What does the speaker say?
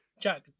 Jack